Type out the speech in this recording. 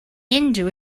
into